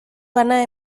bana